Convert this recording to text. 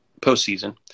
postseason